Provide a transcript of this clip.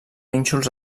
nínxols